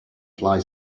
fly